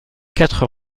quatre